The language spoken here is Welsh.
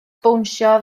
bownsio